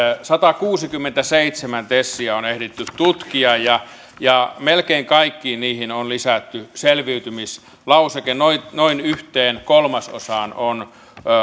satakuusikymmentäseitsemän tesiä on ehditty tutkia ja ja melkein kaikkiin niihin on lisätty selviytymislauseke noin noin yhteen kolmasosaan on